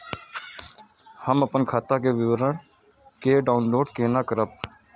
हम अपन खाता के विवरण के डाउनलोड केना करब?